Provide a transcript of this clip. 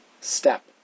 step